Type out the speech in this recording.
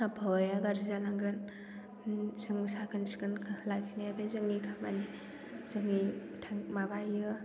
आबहावाया गाज्रि जालांगोन जों साखोन सिखोन लाखिनाया बे जोंनि खामानि जोंनि माबा बेयो